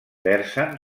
versen